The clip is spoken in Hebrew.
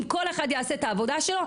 אם כל אחד יעשה את העבודה שלו,